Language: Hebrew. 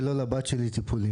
אז זו תוספת לקרן?